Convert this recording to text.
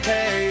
Hey